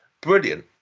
Brilliant